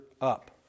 up